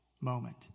moment